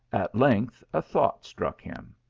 at length a thought struck him.